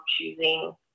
choosing